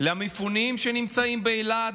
למפונים שנמצאים באילת,